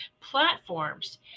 platforms